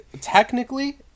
Technically